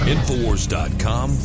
InfoWars.com